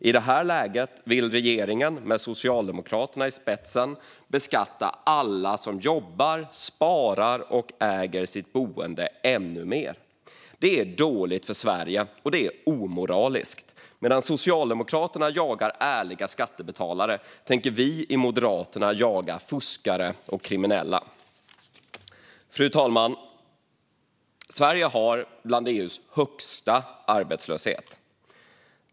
I det här läget vill regeringen med Socialdemokraterna i spetsen beskatta alla som jobbar, sparar och äger sitt boende ännu mer. Det är dåligt för Sverige, och det är omoraliskt. Medan Socialdemokraterna jagar ärliga skattebetalare tänker vi i Moderaterna jaga fuskare och kriminella. Fru talman! Sverige har en av EU:s högsta arbetslöshetsnivåer.